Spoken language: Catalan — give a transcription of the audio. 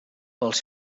pels